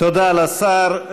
תודה לשר.